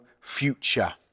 future